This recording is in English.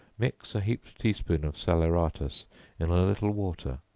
mix a heaped tea-spoonful of salaeratus in a little water,